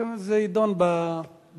זה יידון בוועדה.